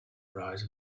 rise